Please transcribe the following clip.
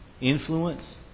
influence